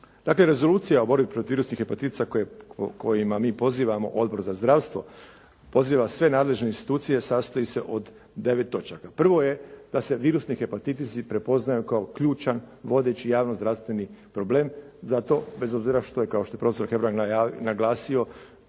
Dakle, Rezolucija o borbi protiv virusnih hepatitisa kojima mi pozivamo Odbor za zdravstvo poziva sve nadležne institucije sastoji se od 9 točaka. Prvo je da se virusni hepatitisi prepoznaju kao ključan, vodeći javno-zdravstveni problem za to bez obzira što je, kao što je prof. Hebrang naglasio